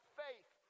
faith